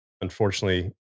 unfortunately